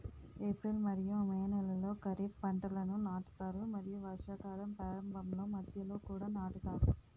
April మరియు May నెలలో ఖరీఫ్ పంటలను నాటుతారు మరియు వర్షాకాలం ప్రారంభంలో మధ్యలో కూడా నాటుతారు